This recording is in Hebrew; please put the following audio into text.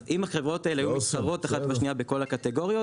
אם החברות האלה היו מתחרות אחת בשנייה בכל הקטגוריות,